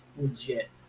legit